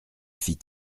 fit